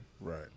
right